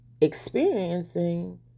experiencing